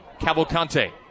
Cavalcante